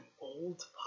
old